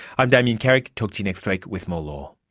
i'm damien carrick, talk to you next week with more law